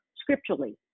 scripturally